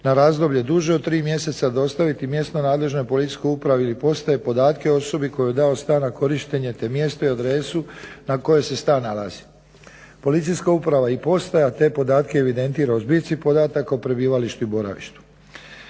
na razdoblje duže od 3 mjeseca dostaviti mjesno nadležnoj policijskoj upravi ili postaji podatke o osobi koji je dao stan na korištenje, te mjesto i adresu na kojoj se stan nalazi. Policijska uprava i postaja te podatke evidentira u zbirci podataka o prebivalištu i boravištu.